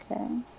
Okay